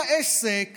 כל העסק